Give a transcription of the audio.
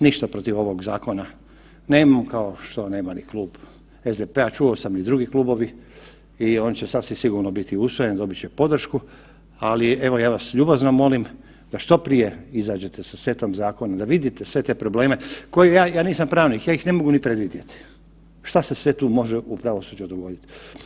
Ništa protiv ovog zakona nemam, kao što nema ni Klub SDP-a, čuo sam i drugi klubovi i on će sasvim sigurno biti usvojen, dobit će podršku, ali evo ja vas ljubazno molim što prije izađete sa setom zakona da vidite sve te probleme koje ja, ja nisam pravnik ja ih ne mogu ni predvidjeti šta se sve tu može u pravosuđu dogoditi.